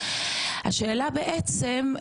השאלה בעצם,